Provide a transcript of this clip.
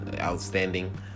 outstanding